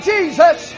Jesus